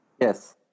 Yes